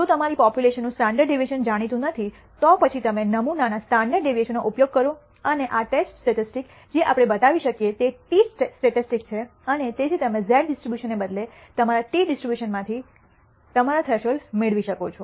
જો તમારી પોપ્યુલેશનનું સ્ટાન્ડર્ડ ડેવિએશન જાણીતું નથી તો પછી તમે નમૂના ના સ્ટાન્ડર્ડ ડેવિએશન નો ઉપયોગ કરો અને આ ટેસ્ટ સ્ટેટિસ્ટિક્સ જે આપણે બતાવી શકીએ તે t સ્ટેટિસ્ટિક્સ છે અને તેથી તમે z ડિસ્ટ્રીબ્યુશનને બદલે તમારા ટી ડિસ્ટ્રીબ્યુશનમાંથી તમારા થ્રેશોલ્ડ મેળવી શકો છો